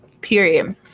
period